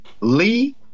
Lee